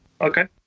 okay